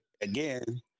again